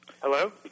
Hello